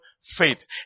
faith